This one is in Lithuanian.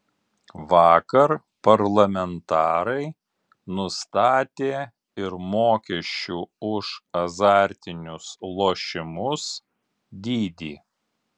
vakar parlamentarai nustatė ir mokesčių už azartinius lošimus dydį